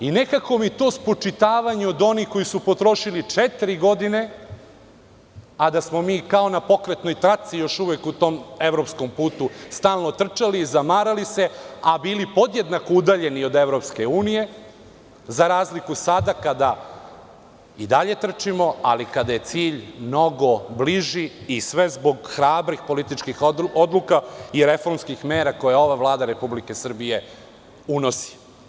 Nekako mi to spočitavanje od onih koji su potrošili četiri godine, a da smo mi kao na pokretnoj traci još uvek u tom evropskom putu stalno trčali, zamarali se, a bili podjednako udaljeni od EU, za razliku sada kada i dalje trčimo, ali kada je cilj mnogo bliži i sve zbog hrabrih političkih odluka i reformskih mera koje ova Vlada Republike Srbije unosi.